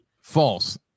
false